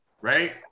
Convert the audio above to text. right